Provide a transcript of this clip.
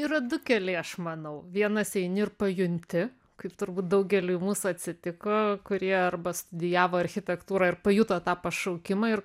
yra du keliai aš manau vienas eini ir pajunti kaip turbūt daugeliui mūsų atsitiko kurie arba studijavo architektūrą ir pajuto tą pašaukimą ir